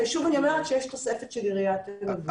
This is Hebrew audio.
שוב אני אומרת שיש תוספת של עיריית תל אביב.